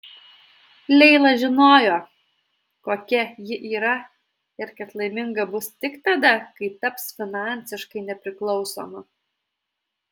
leila žinojo kokia ji yra ir kad laiminga bus tik tada kai taps finansiškai nepriklausoma